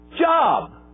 job